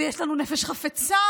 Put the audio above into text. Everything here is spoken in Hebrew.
יש לנו נפש חפצה,